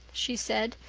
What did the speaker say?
she said,